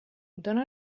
dóna